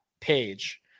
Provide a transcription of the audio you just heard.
page